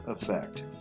effect